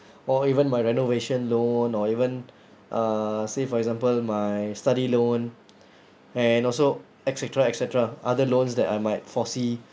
or even my renovation loan or even uh say for example my study loan and also et cetera et cetera other loans that I might foresee